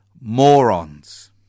morons